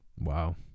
Wow